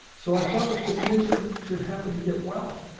so i thought if this nation should happen to get well,